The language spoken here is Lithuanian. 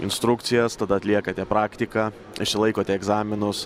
instrukcijas tada atliekate praktiką išsilaikote egzaminus